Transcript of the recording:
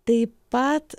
taip pat